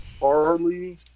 Harley